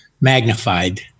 magnified